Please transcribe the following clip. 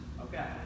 Okay